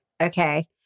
okay